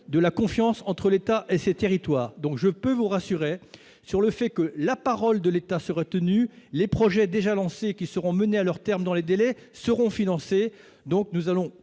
de la confiance entre l'État et ses territoires, donc je peux vous rassurer sur le fait que la parole de l'État sera tenu les projets déjà lancés, qui seront menées à leur terme dans les délais seront financées, donc nous allons